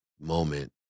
moment